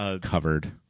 Covered